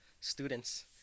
students